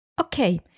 Okay